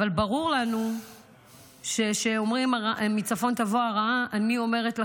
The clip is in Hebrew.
אבל ברור לנו שכשאומרים מ"צפון תבוא הרעה" אני אומרת לכם,